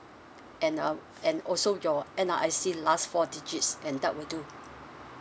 and uh and also your N_R_I_C last four digits and that will do good